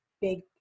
big